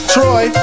Troy